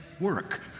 work